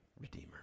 redeemer